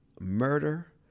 murder